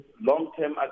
long-term